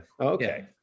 Okay